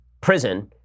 prison